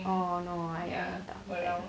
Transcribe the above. orh no I tak